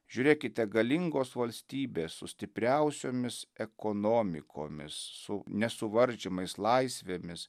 žiūrėkite galingos valstybės su stipriausiomis ekonomikomis su nesuvaržymais laisvėmis